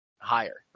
higher